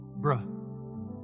bruh